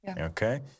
okay